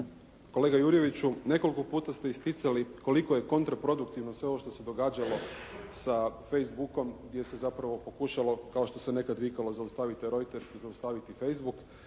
Kolega Jurjeviću nekoliko puta ste isticali koliko je kontraproduktivno sve ovo što se događalo sa Facebookom gdje se zapravo pokušalo kao što se nekad vikalo zaustavite Reuters, zaustaviti Facebook.